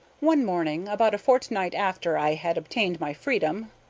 one morning, about a fortnight after i had obtained my freedom,